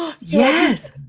yes